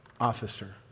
officer